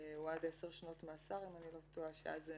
הוא עד 10 שנות מאסר שאז זה